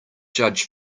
judge